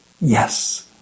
yes